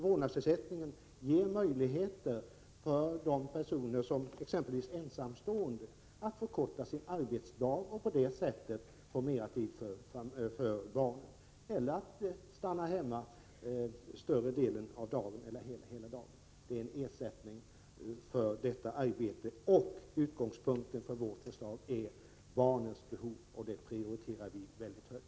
Vårdnadsersättningen ger möjligheter för föräldrar, exempelvis ensamstående, att förkorta sin arbetsdag — att stanna hemma större delen av dagen eller hela dagen — och på det sättet få mera tid för barnen. Det handlar om en ersättning för detta arbete. Utgångspunkten för vårt förslag är barnens behov, något som vi prioriterar mycket högt.